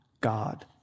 God